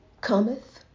cometh